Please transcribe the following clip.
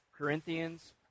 Corinthians